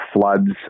floods